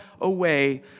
away